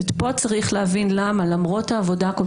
פה צריך להבין למה למרות העבודה הכול